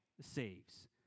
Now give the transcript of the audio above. saves